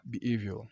behavior